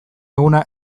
eguna